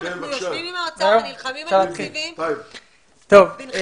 אנחנו יושבים עם האוצר ונלחמים על תקציבים בנחישות.